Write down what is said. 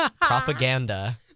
propaganda